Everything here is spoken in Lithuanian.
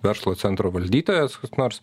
verslo centro valdytojas nors